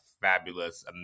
fabulous